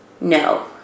No